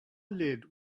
lid